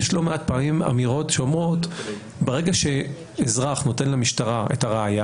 יש לא מעט פעמים אמירות שאומרות שברגע שאזרח נותן למשטרה את הראיה,